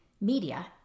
media